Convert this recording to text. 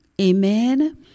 Amen